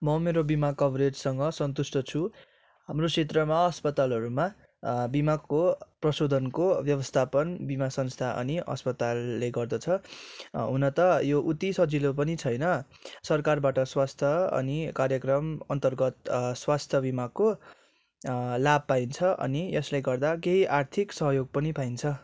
म मेरो बिमा कभरेजसँग सन्तुष्ट छु हाम्रो क्षेत्रमा अस्पतालहरूमा बिमाको प्रशोधनको व्यवस्थापन बिमा संस्था अनि अस्पतालले गर्दछ हुन त यो उति सजिलो पनि छैन सरकारबाट स्वास्थ्य अनि कार्यक्रम अन्तर्गत स्वास्थ्य बिमाको लाभ पाइन्छ अनि यसले गर्दा केही आर्थिक सहयोग पनि पाइन्छ